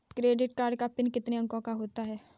Credit card का PIN कितने अंकों का होता है?